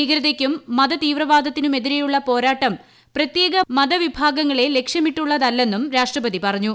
ഭീകരതയ്ക്കും മതതീവ്രവാദത്തിനെതിരെയുമുള്ള പോരാട്ടം പ്രത്യേക മതവിഭാഗങ്ങളെ ലക്ഷ്യമിട്ടുള്ളതല്ലെന്നും രാഷ്ട്രപതി പറഞ്ഞു